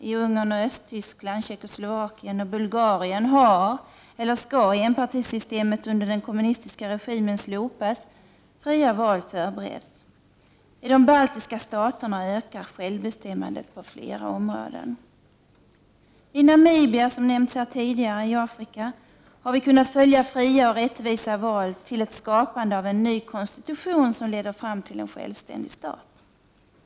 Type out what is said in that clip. I Ungern, Östtyskland, Tjeckoslovakien och Bulgarien har eller skall enpartissystemet under den = Prot. 1989/90:45 kommunistiska regimen slopas. Fria val förbereds. 13 december 1989 I de baltiska staterna ökar självbestämmandet på flera områden. RE Re I Namibia i Afrika har vi, som nämnts här tidigare, kunnat följa fria och rättvisa val till ett skapande av en ny konstitution som leder fram till en självständig stat.